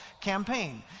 campaign